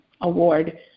Award